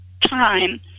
time